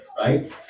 right